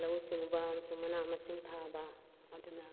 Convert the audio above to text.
ꯂꯧꯎ ꯁꯤꯡꯎꯕ ꯑꯃꯁꯨꯡ ꯃꯅꯥ ꯃꯁꯤꯡ ꯊꯥꯕ ꯑꯗꯨꯅ